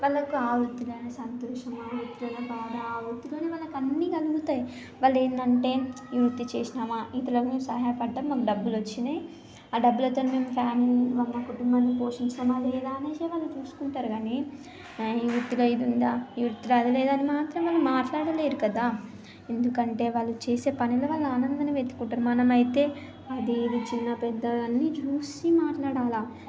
వాళ్లకు ఆ వృత్తిలోనే సంతోషం ఆ వృత్తిలోనే బాధ ఆ వృత్తిలోనే వాళ్ళకి అన్నీ కలుగుతాయి వాళ్లు ఏంటంటే ఈ వృత్తి చేసినామ ఇతరులకు సహాయపడటం మనకి డబ్బులు వచ్చినాయి ఆ డబ్బులతోనే ఫ్యా కొన్నం కుటుంబాన్ని పోషించామా లేదా అనేసే వాళ్ళు చూసుకుంటారు కానీ ఈ వృత్తిలో ఇది ఉందా ఈ వృత్తిలో అది లేదా అని మాత్రం మాట్లాడలేరు కదా ఎందుకంటే వాళ్ళు చేసే పనిలో వాళ్లు ఆనందాన్ని వెతుక్కుంటారు మనమైతే అది ఇది చిన్న పెద్ద అన్ని చూసి మాట్లాడాలా